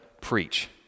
preach